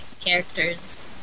characters